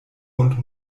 und